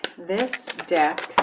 this deck